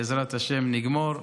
בעזרת השם נגמור,